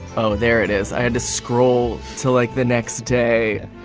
oh there it is i had to scroll till like the next day